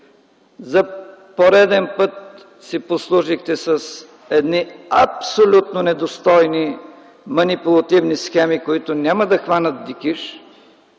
За пореден път си послужихте с едни абсолютно недостойни манипулативни схеми, които няма да хванат дикиш